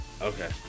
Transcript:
Okay